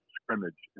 scrimmage